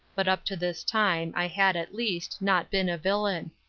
but up to this time, i had at least, not been a villain.